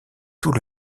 tout